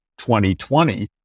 2020